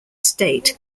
state